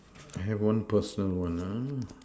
have one personal one